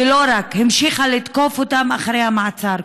ולא רק, המשיכה לתקוף אותם אחרי המעצר.